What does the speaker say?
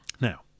Now